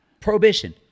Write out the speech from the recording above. Prohibition